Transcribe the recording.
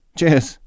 Cheers